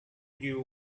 you